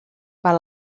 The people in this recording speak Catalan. pal